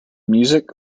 music